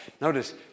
Notice